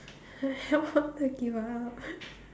help up d~ give up